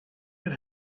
that